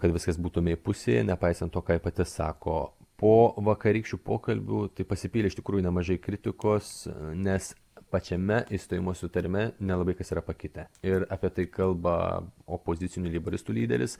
kad viskas būtų mei pusėje nepaisant to ką ji pati sako po vakarykščių pokalbių tai pasipylė iš tikrųjų nemažai kritikos nes pačiame išstojimo susitarime nelabai kas yra pakitę ir apie tai kalba opozicinių leiboristų lyderis